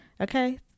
okay